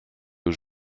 już